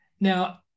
Now